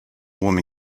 woman